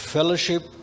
Fellowship